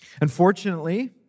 Unfortunately